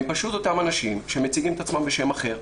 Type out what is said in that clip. הם פשוט אותם אנשים שמציגים את עצמם בשם אחר.